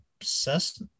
obsessed